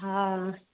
हाँ